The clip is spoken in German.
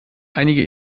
einige